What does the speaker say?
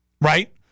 right